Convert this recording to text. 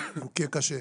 יוכה קשה.